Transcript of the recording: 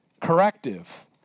Corrective